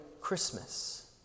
Christmas